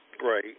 Right